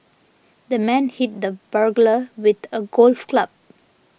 the man hit the burglar with a golf club